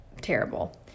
terrible